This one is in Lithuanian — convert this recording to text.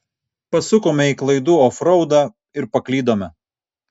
pasukome į klaidų ofraudą ir paklydome